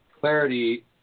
clarity